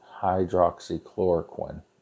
hydroxychloroquine